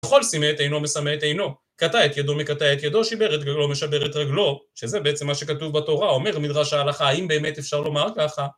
וכל שימה את עינו משמה את עינו, קטע את ידו מקטע את ידו, שיבר את רגלו משבר את רגלו שזה בעצם מה שכתוב בתורה, אומר מדרש ההלכה, האם באמת אפשר לומר ככה?